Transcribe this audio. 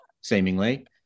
seemingly